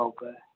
Okay